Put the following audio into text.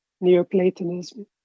Neoplatonism